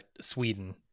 Sweden